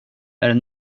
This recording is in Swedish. det